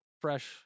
fresh